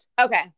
okay